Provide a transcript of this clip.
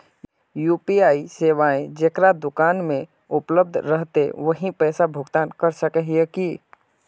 UPI सेवाएं जेकरा दुकान में उपलब्ध रहते वही पैसा भुगतान कर सके है की?